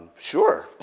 sure,